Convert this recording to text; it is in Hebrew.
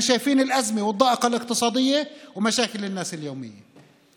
אנו רואים את המשבר והמצוקה הכלכלית ובעיות האנשים היום-יומיות.